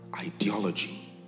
ideology